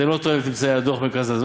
זה לא תואם את ממצאי דוח "מרכז אדוה".